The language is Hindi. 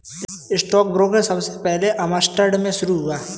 स्टॉक ब्रोकरेज सबसे पहले एम्स्टर्डम में शुरू हुआ था